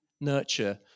nurture